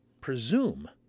presume